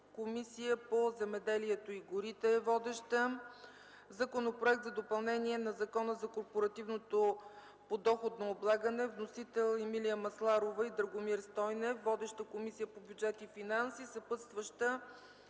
Комисията по земеделието и горите. Законопроект за допълнение на Закона за корпоративното подоходно облагане. Вносители – Емилия Масларова и Драгомир Стойнев. Водеща е Комисията по бюджет и финанси. Съпътстваща